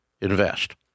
invest